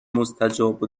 مستجاب